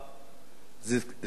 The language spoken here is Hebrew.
כנסת מצטמצמת.